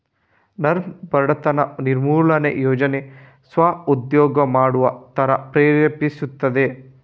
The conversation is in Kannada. ನರ್ಮ್ ಬಡತನ ನಿರ್ಮೂಲನೆ ಯೋಜನೆ ಸ್ವ ಉದ್ಯೋಗ ಮಾಡುವ ತರ ಪ್ರೇರೇಪಿಸ್ತದೆ